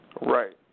Right